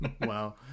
wow